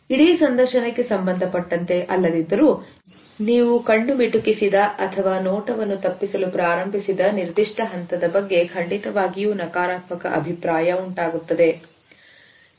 ಇಡೀ ಸಂದರ್ಶನಕ್ಕೆ ಸಂಬಂಧಪಟ್ಟಂತೆ ಅಲ್ಲದಿದ್ದರೂ ನೀವು ಕಣ್ಣು ಮಿಟುಕಿಸದೆ ಅಥವಾ ನೋಟವನ್ನು ತಪ್ಪಿಸಲು ಪ್ರಾರಂಭಿಸಿದ ನಿರ್ದಿಷ್ಟ ಹಂತದ ಬಗ್ಗೆ ಖಂಡಿತವಾಗಿಯೂ ನಕಾರಾತ್ಮಕ ಅಭಿಪ್ರಾಯ ಉಂಟಾಗುತ್ತದೆ